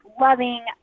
loving